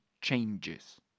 changes